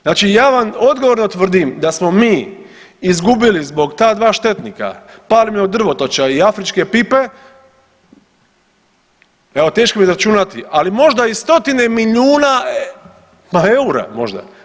Znači ja vam odgovorno tvrdim da smo mi izgubili zbog ta dva štetnika, palminog drvotoča i afričke pipe evo teško mi je izračunati, ali možda i stotine milijuna ma eura možda.